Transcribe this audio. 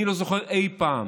אני לא זוכר אי-פעם,